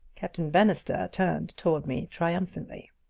captain bannister turned toward me triumphantly.